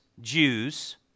Jews